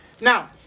Now